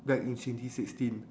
back in twenty sixteen